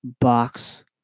box